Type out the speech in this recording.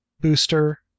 booster